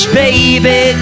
baby